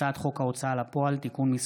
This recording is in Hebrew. הצעת חוק בתי הדין הדתיים הדרוזיים (תיקון,